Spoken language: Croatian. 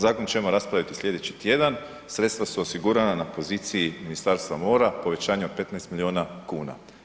Zakon ćemo raspraviti sljedeći tjedan, sredstva su osigurana na poziciji Ministarstva mora, povećanja od 15 milijuna kuna.